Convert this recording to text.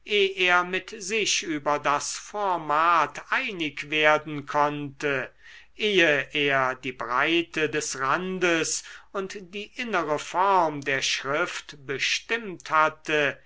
er mit sich über das format einig werden konnte ehe er die breite des randes und die innere form der schrift bestimmt hatte